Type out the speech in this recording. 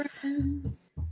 Friends